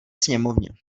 sněmovně